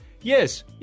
yes